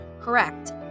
Correct